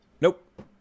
nope